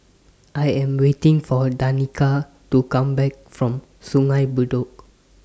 I Am waiting For Danika to Come Back from Sungei Bedok